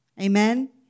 Amen